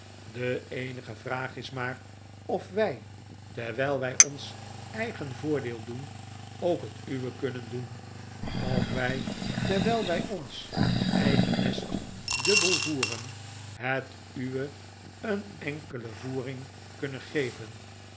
de eenige vraag is maar of wij terwijl wij ons eigen voordeel doen ook het uwe kunnen doen of wij terwijl wij ons eigen nest dubbel voeren het uwe een enkele voering kunnen geven